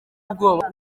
ubwoba